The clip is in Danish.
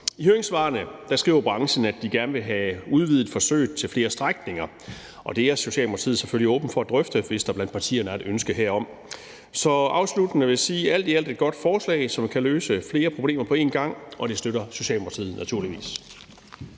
I høringssvarene skriver branchen, at de gerne vil have udvidet forsøget til flere strækninger, og det er Socialdemokratiet selvfølgelig åbne over for at drøfte, hvis der blandt partierne er et ønske herom. Så afsluttende vil jeg sige, at det alt i alt er et godt forslag, som kan løse flere problemer på en gang, og det støtter Socialdemokratiet naturligvis.